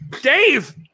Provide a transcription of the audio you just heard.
Dave